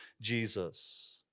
Jesus